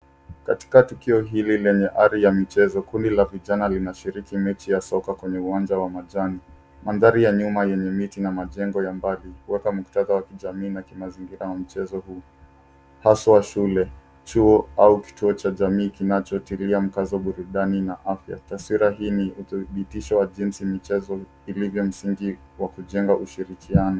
Katika tukio hili lenye ari ya michezo, kundi la vijana linashiriki mechi ya soka kwenye uwanja wa majani. Mandhari ya nyuma yenye miti na majengo ya mbali, huweka muktadha wa kijamii na kimazingira wa mchezo huu, hasa shule, chuo au kituo cha jamii kinachotilia mkazo burudani na afya. Taswira hii ni uthibitisho wa jinsi michezo ilivyo msingi wa kujenga ushirikiano.